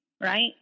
Right